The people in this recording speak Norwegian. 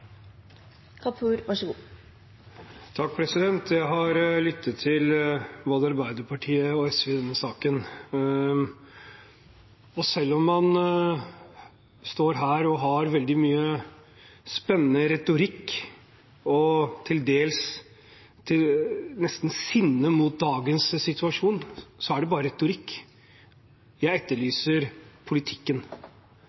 har lyttet til både Arbeiderpartiet og SV i denne saken, og selv om man står her og har veldig mye spennende retorikk og til dels nesten sinne mot dagens situasjon, så er det bare retorikk.